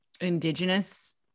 indigenous